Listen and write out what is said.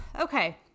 Okay